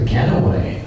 Getaway